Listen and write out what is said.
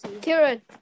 Kieran